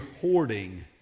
hoarding